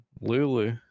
Lulu